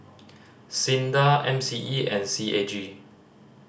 SINDA M C E and C A G